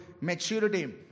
maturity